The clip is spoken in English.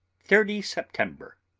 thirty september.